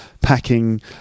packing